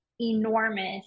enormous